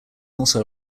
also